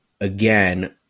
again